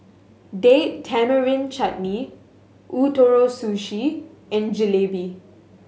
Date Tamarind Chutney Ootoro Sushi and Jalebi